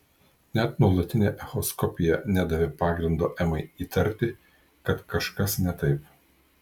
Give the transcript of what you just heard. net nuolatinė echoskopija nedavė pagrindo emai įtarti kad kažkas ne taip